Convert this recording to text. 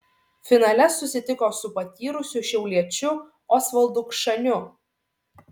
finale susitiko su patyrusiu šiauliečiu osvaldu kšaniu